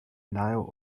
nile